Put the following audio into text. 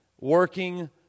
working